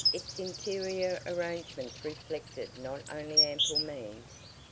its interior arrangements reflected not only ample means,